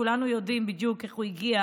כולנו יודעים בדיוק איך הוא הגיע